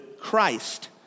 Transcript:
Christ